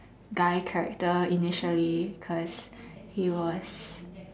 guy character initially because he was